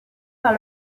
par